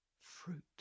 Fruit